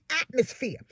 atmosphere